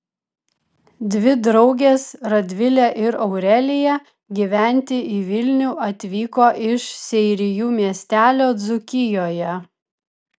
dvi draugės radvilė ir aurelija gyventi į vilnių atvyko iš seirijų miestelio dzūkijoje